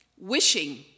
Wishing